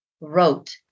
wrote